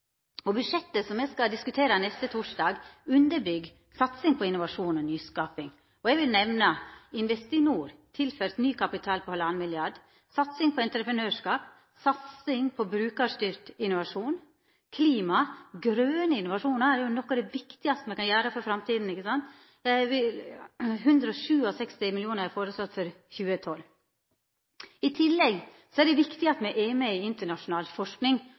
Budsjettet som me skal diskutera neste torsdag, underbyggjer satsing på innovasjon og nyskaping. Eg vil nemna Investinor, som er tilført ny kapital på 1,5 mrd. kr, satsing på entreprenørskap, satsing på brukarstyrt innovasjon og klima – grøne innovasjonar er jo noko av det viktigaste ein kan gjera for framtida, ikkje sant? 167 mill. kr er foreslått for 2012. I tillegg er det viktig at me er med i internasjonal forsking,